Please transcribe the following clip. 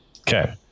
Okay